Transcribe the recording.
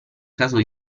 caso